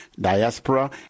diaspora